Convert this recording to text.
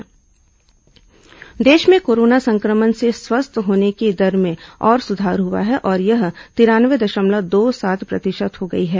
corona समाचार जागरूकता देश में कोरोना संक्रमण से स्वस्थ होने की दर में और सुधार हुआ है और यह तिरानवे दशमलव दो सात प्रतिशत हो गई है